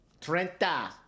Trenta